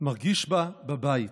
מרגיש בה בבית.